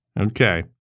Okay